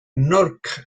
nork